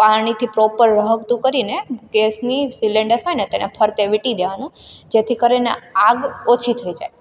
પાણીથી પ્રોપર રહગતુ કરીને ગેસની સિલિન્ડર હોયને તેને ફરતે વીંટી દેવાનું જેથી કરીને આગ ઓછી થઈ જાય